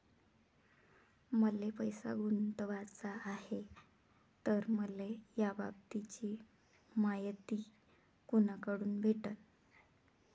मले पैसा गुंतवाचा हाय तर मले याबाबतीची मायती कुनाकडून भेटन?